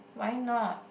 why not